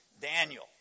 Daniel